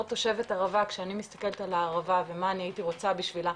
תושבת הערבה כשאני מסתכלת על הערבה ומה אני הייתי רוצה בשבילה,